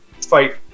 fight